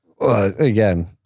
Again